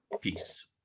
Peace